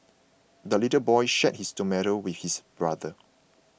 the little boy shared his tomato with his brother